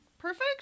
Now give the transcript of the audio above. perfect